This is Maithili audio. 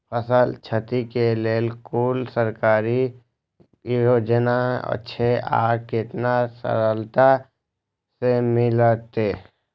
फसल छति के लेल कुन सरकारी योजना छै आर केना सरलता से मिलते?